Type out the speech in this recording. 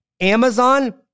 Amazon